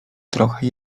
trochę